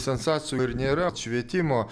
sensacijų ir nėra švietimo